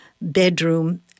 bedroom